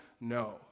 No